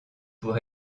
pour